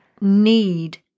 need